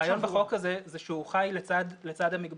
הרעיון בחוק הזה זה שהוא חי לצד המגבלות,